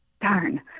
darn